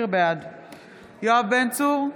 יואב בן צור,